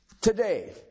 today